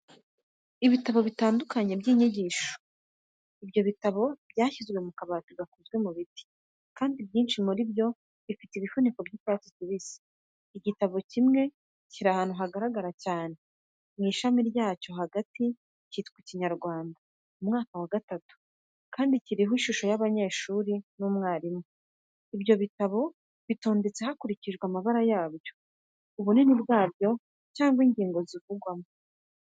Ibitabo bitandukanye by'inyigisho, ibyo bitabo byashyizwe ku kabati gakozwe mu biti, kandi byinshi muri byo bifite igifuniko cy'icyatsi kibisi. Igitabo kimwe kiri ahantu hagaragara cyane mu ishami ryo hagati, cyitwa "Ikinyarwanda umwaka wa gatatu", kandi kiriho ishusho y'abanyeshuri n'umwarimu. Ibyo bitabo bitondetse hakurikijwe amabara yabyo, ubunini bwabyo cyangwa ingingo zivugwamo.